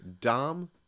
Dom